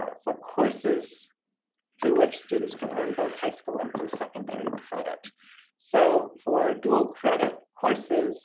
ah for courses through which students can earn both high school and post-secondary and credit so for dual credit courses